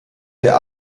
der